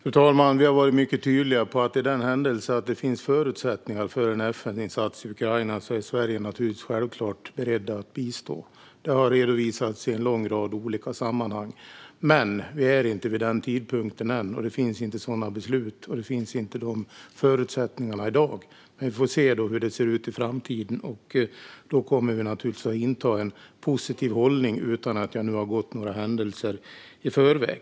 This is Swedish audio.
Fru talman! Vi har varit mycket tydliga med att i den händelse att det finns förutsättningar för en FN-insats i Ukraina är Sverige självklart berett att bistå. Det har redovisats i en lång rad olika sammanhang. Men vi är inte vid den tidpunkten än, och det finns inga sådana beslut och inga sådana förutsättningar i dag. Vi får se hur det kommer att se ut i framtiden. Då kommer vi naturligtvis att inta en positiv hållning - utan att jag nu har gått några händelser i förväg.